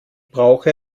brauche